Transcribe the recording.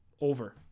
over